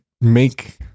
make